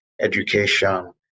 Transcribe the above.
education